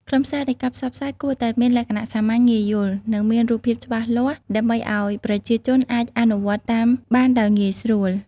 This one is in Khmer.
ខ្លឹមសារនៃការផ្សព្វផ្សាយគួរតែមានលក្ខណៈសាមញ្ញ ងាយយល់ និងមានរូបភាពច្បាស់លាស់ដើម្បីឲ្យប្រជាជនអាចអនុវត្តតាមបានដោយងាយស្រួល។